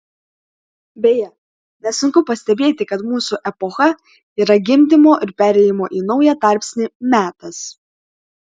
beje nesunku pastebėti kad mūsų epocha yra gimdymo ir perėjimo į naują tarpsnį metas